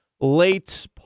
late